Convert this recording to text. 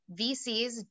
VCs